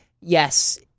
yes